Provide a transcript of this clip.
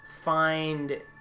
find